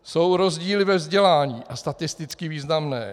Jsou rozdíly ve vzdělání, a statisticky významné.